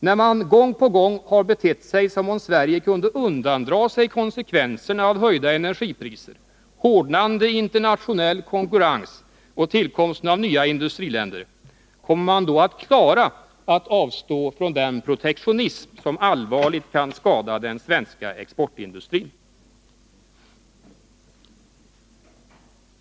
När man gång på gång har betett sig som om Sverige kunde undandra sig konsekvenserna av höjda energipriser, hårdnande internationell konkurrens och tillkomsten av nya industriländer, kommer man då att klara att avstå från den protektionism som allvarligt kan skada den svenska exportindustrin?